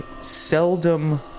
seldom